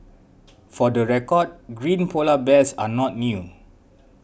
for the record green Polar Bears are not new